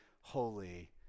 holy